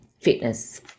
fitness